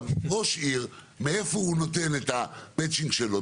מאיפה ראש עיר נותן את המצ'ינג שלו?